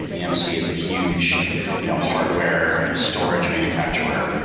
and emc is a huge you know hardware storage manufacturer.